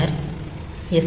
பின்னர் எஸ்